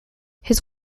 his